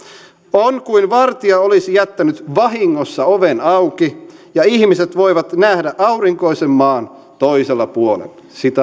on kuin vartija olisi jättänyt vahingossa oven auki ja ihmiset voivat nähdä aurinkoisen maan toisella puolella